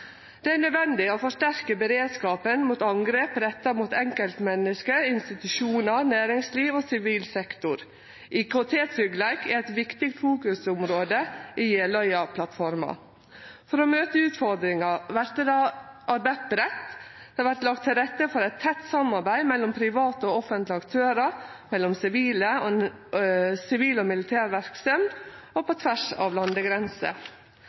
Det er nødvendig å forsterke beredskapen mot angrep retta mot enkeltmenneske, institusjonar, næringsliv og sivil sektor. IKT-tryggleik er eit viktig fokusområde i Jeløya-plattforma. For å møte utfordringane vert det arbeidd breitt. Det vert lagt til rette for eit tett samarbeid mellom private og offentlege aktørar, mellom sivile og militære verksemder og på tvers av